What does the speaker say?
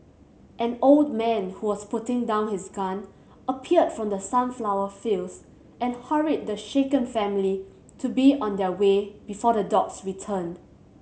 an old man who was putting down his gun appeared from the sunflower fields and hurried the shaken family to be on their way before the dogs return